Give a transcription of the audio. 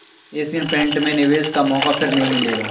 Asian paint में निवेश का मौका फिर नही मिलेगा